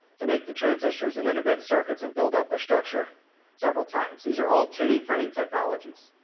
to make the transistors and integrated circuits and build up a structure several times. these are all two d printing technologies.